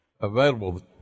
available